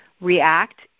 react